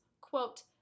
Quote